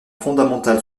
fondamental